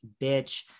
bitch